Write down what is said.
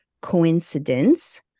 coincidence